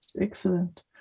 Excellent